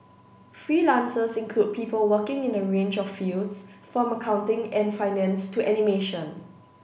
freelancers include people working in a range of fields from accounting and finance to animation